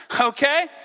okay